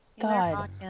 God